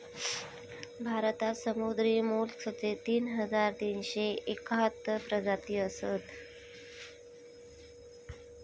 भारतात समुद्री मोलस्कचे तीन हजार तीनशे एकाहत्तर प्रजाती असत